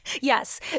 Yes